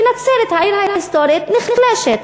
ונצרת העיר ההיסטורית נחלשת.